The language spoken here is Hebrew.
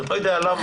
אני לא יודע למה,